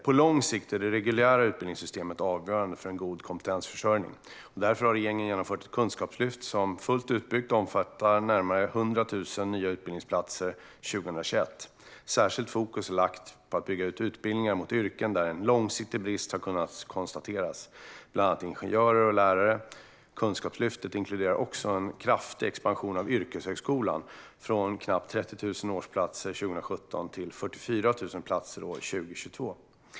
På lång sikt är det reguljära utbildningssystemet avgörande för en god kompetensförsörjning, och därför har regeringen genomfört ett kunskapslyft som fullt utbyggt omfattar närmare 100 000 nya utbildningsplatser 2021. Särskilt fokus har lagts på att bygga ut utbildningar mot yrken där en långsiktig brist har kunnat konstateras, bland annat ingenjörer och lärare. Kunskapslyftet inkluderar också en kraftig expansion av yrkeshögskolan, från knappt 30 000 årsplatser 2017 till 44 000 platser år 2022.